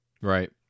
Right